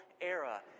era